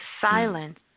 silence